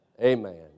amen